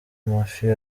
amafi